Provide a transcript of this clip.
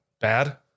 bad